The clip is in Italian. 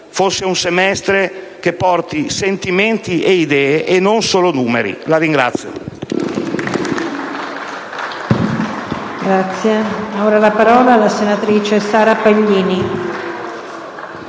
fosse un semestre che porti sentimenti e idee, e non solo numeri. *(Applausi